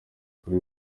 kuri